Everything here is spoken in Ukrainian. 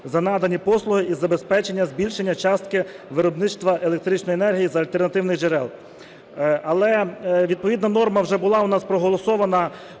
за надані послуги із забезпечення збільшення частки виробництва електричної енергії з альтернативних джерел. Але відповідна норма вже була у нас проголосована